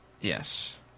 yes